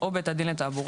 "או בית הדין לתעבורה,